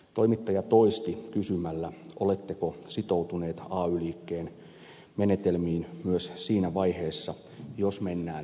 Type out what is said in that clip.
toimittaja toisti kysymällä oletteko sitoutunut ay liikkeen menetelmiin myös siinä vaiheessa jos mennään yleislakkoon